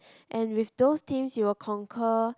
and with those teams you'll conquer